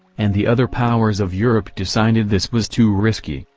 and the other powers of europe decided this was too risky,